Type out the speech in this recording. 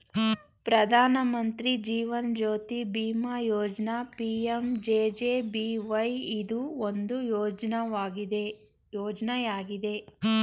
ಪ್ರಧಾನ ಮಂತ್ರಿ ಜೀವನ್ ಜ್ಯೋತಿ ಬಿಮಾ ಯೋಜ್ನ ಪಿ.ಎಂ.ಜೆ.ಜೆ.ಬಿ.ವೈ ಇದು ಒಂದು ಯೋಜ್ನಯಾಗಿದೆ